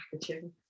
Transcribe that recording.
packaging